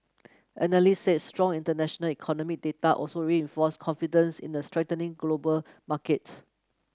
analysts said strong international economic data also reinforced confidence in a strengthening global market